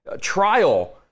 trial